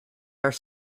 are